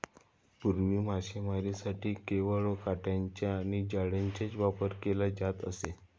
पूर्वी मासेमारीसाठी केवळ काटयांचा आणि जाळ्यांचाच वापर केला जात असे